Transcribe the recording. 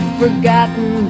forgotten